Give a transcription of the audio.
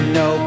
no